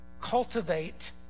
cultivate